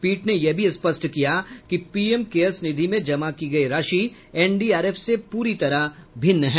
पीठ ने यह भी स्पष्ट किया कि पीएम केयर्स निधि में जमा की गई राशि एनडीआरएफ से पूरी तरह भिन्न है